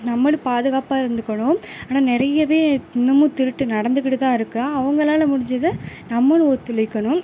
நம்மளும் பாதுகாப்பாக இருந்துக்கணும் ஆனால் நிறையவே இன்னமும் திருட்டு நடந்துகிட்டு தான் இருக்கும் அவங்களால் முடிஞ்சதை நம்மளும் ஒற்றுழைக்கனும்